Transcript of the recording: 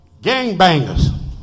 Gangbangers